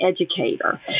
educator